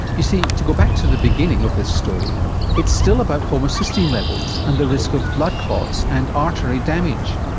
you see to go back to the beginning of this story it's still about homocysteine levels and the risk of blood clots and artery damage.